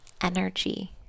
energy